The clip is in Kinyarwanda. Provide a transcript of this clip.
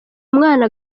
umwana